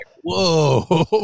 Whoa